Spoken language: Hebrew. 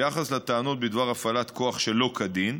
ביחס לטענות בדבר הפעלת כוח שלא כדין,